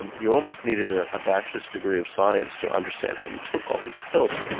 and you almost needed a bachelor's degree of science to understand how you took all these pills.